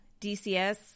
DCS